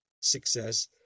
success